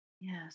Yes